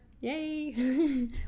Yay